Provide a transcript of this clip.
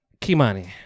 Kimani